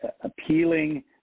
appealing